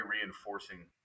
reinforcing